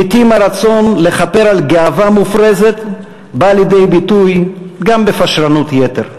לעתים הרצון לכפר על גאווה מופרזת בא לידי ביטוי גם בפשרנות יתר.